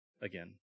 again